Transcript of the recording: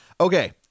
Okay